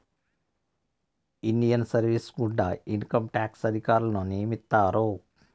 Indian service గుండా income tax అధికారులను నియమిత్తారు